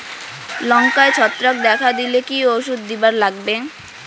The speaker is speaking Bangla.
লঙ্কায় ছত্রাক দেখা দিলে কি ওষুধ দিবার লাগবে?